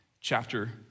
chapter